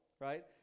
right